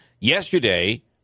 Yesterday